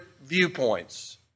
viewpoints